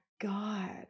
god